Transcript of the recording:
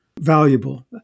valuable